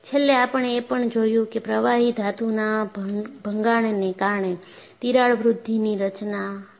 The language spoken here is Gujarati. છેલ્લે આપણે એ પણ જોયું કે પ્રવાહી ધાતુના ભંગાણને કારણે તીરાડ વૃદ્ધિની રચના શું કામ કરે છે